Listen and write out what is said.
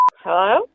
Hello